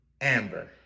Amber